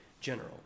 general